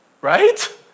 Right